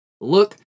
Look